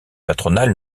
patronale